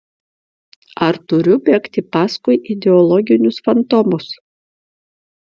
ar turiu bėgti paskui ideologinius fantomus